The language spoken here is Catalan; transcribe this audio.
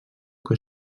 que